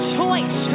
choice